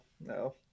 no